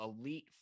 elite